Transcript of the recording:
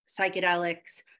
psychedelics